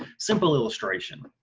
simple illustration,